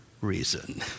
reason